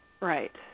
Right